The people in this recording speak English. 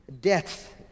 death